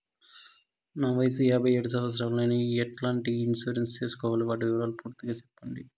నా వయస్సు యాభై ఏడు సంవత్సరాలు నేను ఎట్లాంటి ఇన్సూరెన్సు సేసుకోవాలి? వాటి వివరాలు పూర్తి గా సెప్పండి?